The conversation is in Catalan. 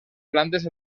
plantes